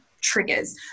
triggers